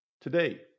Today